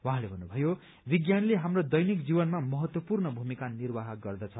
उहाँले भन्नुभयो विज्ञानले हाम्रो दैनिक जीवनमा महत्वपूर्ण भूमिका निर्वाह गर्दछ